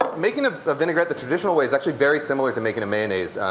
um making a vinaigrette the traditional way is actually very similar to making a mayonnaise.